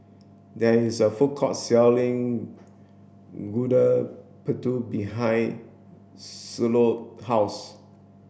there is a food court selling Gudeg Putih behind Shiloh house